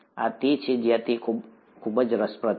આ તે છે જ્યાં તે ખૂબ જ રસપ્રદ છે